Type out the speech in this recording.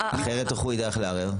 אחרת איך הוא ידע איך לערער?